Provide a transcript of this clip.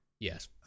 Yes